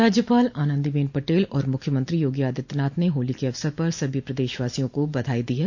राज्यपाल आनंदीबेन पटेल और मुख्यमंत्री योगी आदित्यनाथ ने होली के अवसर पर सभी प्रदेशवासियों को बधाई दी है